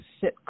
sit